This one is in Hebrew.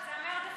הכבוד.